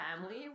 family